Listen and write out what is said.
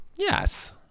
Yes